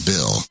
Bill